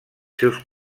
seus